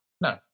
No